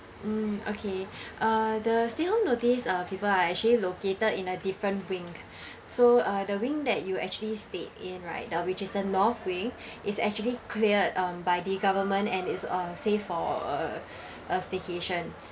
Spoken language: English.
mm okay the stay home notice uh people are actually located in a different wing so uh the wing that you actually stayed in right the richardson north wing is actually cleared um by the government and it's uh saved for uh staycation